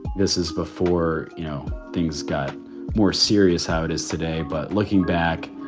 this is before, you know, things got more serious, how it is today. but looking back,